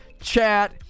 chat